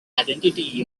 identity